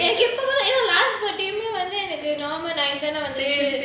எனக்கு இப்பயும்:enakku ippayum last வந்து எனக்கு:vanthu enakku november nine தானே வந்துச்சு:thaanae vanthuchu